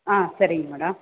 ஆ சரிங்க மேடம்